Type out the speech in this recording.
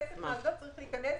הכסף מהאסדות צריך להיכנס